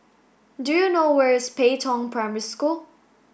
do you know where is Pei Tong Primary School